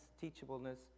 teachableness